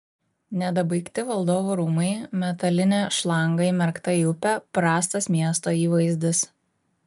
nedabaigti valdovų rūmai metalinė šlanga įmerkta į upę prastas miesto įvaizdis